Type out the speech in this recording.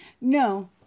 No